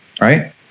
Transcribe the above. Right